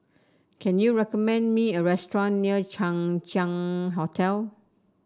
can you recommend me a restaurant near Chang Ziang Hotel